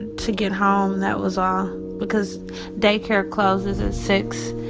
to get home. that was all because day care closes at six.